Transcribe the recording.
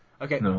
Okay